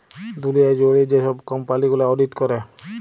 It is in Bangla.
দুঁলিয়া জুইড়ে যে ছব কম্পালি গুলা অডিট ক্যরে